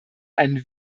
einen